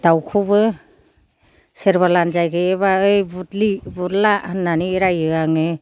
दावखौबो सोरबा लानजाइ गैयि बा मै बुरलि बुरला होननानै रायो आङो